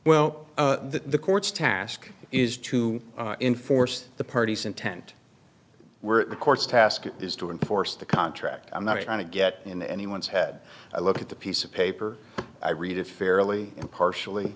well the courts task is to enforce the parties intent were the courts task is to enforce the contract i'm not trying to get in anyone's head i look at the piece of paper i read it fairly impartially